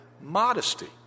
modesty